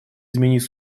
изменить